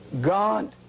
God